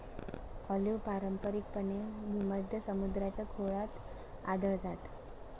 olive पारंपारिकपणे भूमध्य समुद्राच्या खोऱ्यात आढळतात